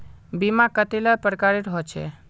बीमा कतेला प्रकारेर होचे?